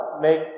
make